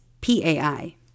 PAI